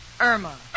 Irma